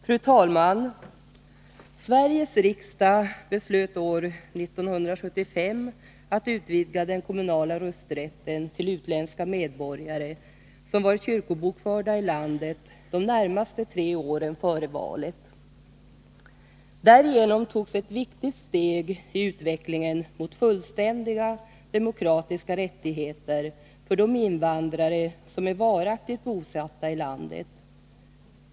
Fru talman! Sveriges riksdag beslöt år 1975 att utvidga den kommunala rösträtten till utländska medborgare som varit kyrkobokförda i landet de närmaste tre åren före valet. Därigenom togs ett viktigt steg i utvecklingen mot fullständiga demokratiska rättigheter för de invandrare som är varaktigt bosatta i landet.